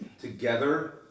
Together